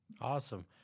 Awesome